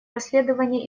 расследования